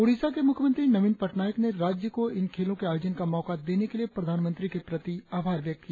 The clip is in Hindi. ओडिशा के मुख्यमंत्री नविन पटनायक ने राज्य को इन खेलों के आयोजन का मौका देने के लिए प्रधानमंत्री के प्रति आभार व्यक्त किया